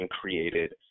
created